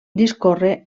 discorre